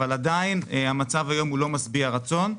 אבל עדיין המצב היום הוא לא משביע רצון.